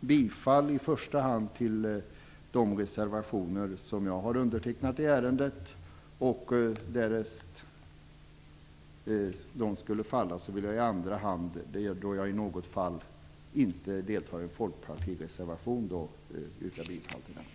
bifall till i första hand de reservationer i ärendet som jag har undertecknat. Därest de skulle falla vill jag i andra hand yrka bifall till de Folkpartireservationer jag inte har undertecknat.